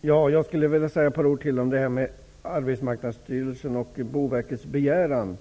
Fru talman! Jag skulle vilja säga ytterligare några ord om Arbetsmarknadsstyrelsen och Boverkets begäran.